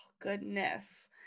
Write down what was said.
goodness